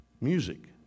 music